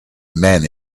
men